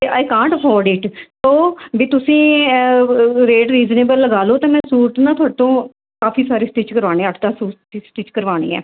I can't afford it ਉਹ ਵੀ ਤੁਸੀਂ ਰੇਟ ਰੀਜਨੇਬਲ ਲਗਾ ਲਉ ਤਾਂ ਮੈਂ ਸੂਟ ਨਾ ਤੁਹਾਤੋਂ ਕਾਫ਼ੀ ਸਾਰੇ ਸਟਿੱਚ ਕਰਵਾਉਣੇ ਆ ਅੱਠ ਦਸ ਸੂਟ ਸਟਿੱਚ ਕਰਵਾਉਣੇ ਹੈ